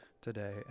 today